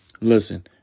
Listen